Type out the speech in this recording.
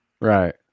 right